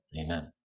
Amen